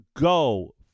go